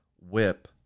whip